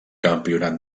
campionat